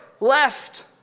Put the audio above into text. left